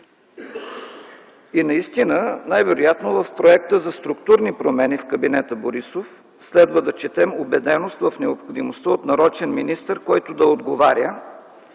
Наистина, най-вероятно в проекта за структурни промени в кабинета Борисов следва да четем убеденост в необходимостта от нарочен министър, който да отговаря